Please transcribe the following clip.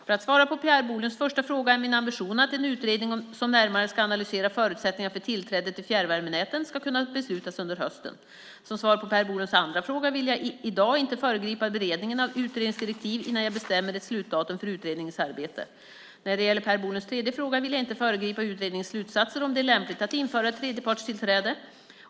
För att svara på Per Bolunds första fråga är min ambition att en utredning som närmare ska analysera förutsättningarna för tillträde till fjärrvärmenäten ska kunna beslutas under hösten. Som svar på Per Bolunds andra fråga vill jag i dag inte föregripa beredningen av utredningsdirektiv innan jag bestämmer ett slutdatum för utredningens arbete. När det gäller Per Bolunds tredje fråga vill jag inte föregripa utredningens slutsatser om det är lämpligt att införa ett tredjepartstillträde.